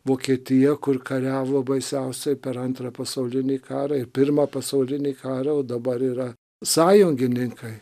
vokietija kur kariavo baisiausiai per antrąjį pasaulinį karą ir pirmą pasaulinį karą o dabar yra sąjungininkai